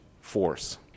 force